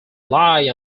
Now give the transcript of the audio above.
lie